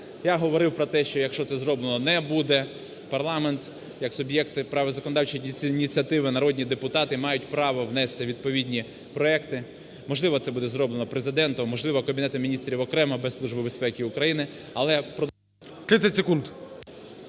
Я говорив про те, що, якщо це зроблено не буде, парламент як суб'єкти права законодавчої ініціативи, народні депутати, мають право внести відповідні проекти. Можливо, це буде зроблено Президентом, можливо, Кабінетом Міністрів окремо без Служби безпеки України.